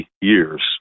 years